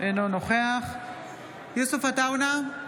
אינו נוכח יוסף עטאונה,